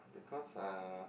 because uh